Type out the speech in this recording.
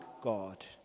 God